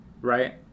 Right